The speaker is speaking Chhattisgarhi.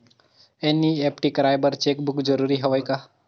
एन.ई.एफ.टी कराय बर चेक बुक जरूरी हवय का?